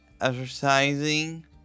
exercising